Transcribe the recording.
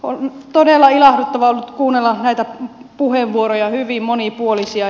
on todella ilahduttavaa ollut kuunnella näitä hyvin monipuolisia puheenvuoroja